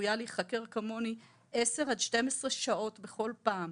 צפויה להיחקר כמוני עשר עד שתיים עשרה שעות בכל פעם,